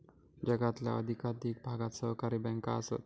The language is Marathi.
जगातल्या अधिकाधिक भागात सहकारी बँका आसत